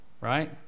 Right